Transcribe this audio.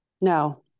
No